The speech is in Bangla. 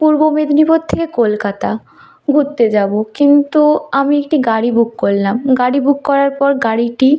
পূর্ব মেদিনীপুর থেকে কলকাতা ঘুরতে যাব কিন্তু আমি একটি গাড়ি বুক করলাম গাড়ি বুক করার পর গাড়িটি